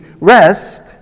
rest